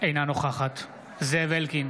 אינה נוכחת זאב אלקין,